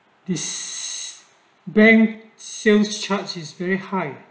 this bank sales charge is very high